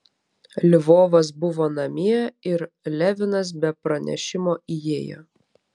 lvovas buvo namie ir levinas be pranešimo įėjo